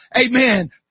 amen